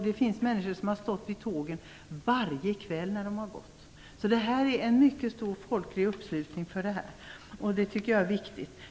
Det finns människor som har stått vid tågen varje kväll vid avgångstid. Så det är en mycket stor folklig uppslutning för det här. Det tycker jag är viktigt.